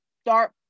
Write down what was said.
start